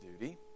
duty